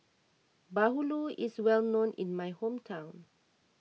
Bahulu is well known in my hometown